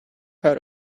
heard